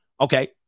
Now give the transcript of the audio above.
Okay